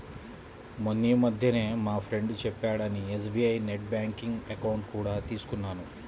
మొన్నీమధ్యనే మా ఫ్రెండు చెప్పాడని ఎస్.బీ.ఐ నెట్ బ్యాంకింగ్ అకౌంట్ కూడా తీసుకున్నాను